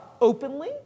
openly